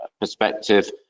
perspective